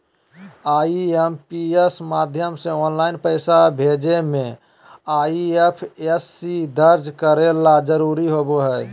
IMPS माध्यम से online पैसा भेजे मे आई.एफ.एस.सी दर्ज करे ला जरूरी होबो हय